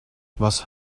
was